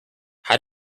how